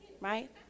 right